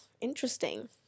interesting